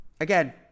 Again